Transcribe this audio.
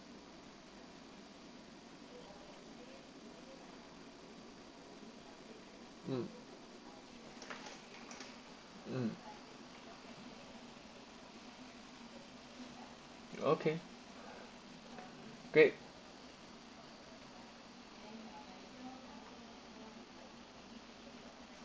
mm mm okay great